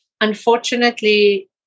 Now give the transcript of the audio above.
unfortunately